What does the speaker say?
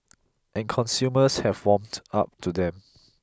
and consumers have warmed up to them